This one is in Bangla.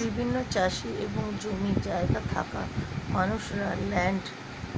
বিভিন্ন চাষি এবং জমি জায়গা থাকা মানুষরা ল্যান্ড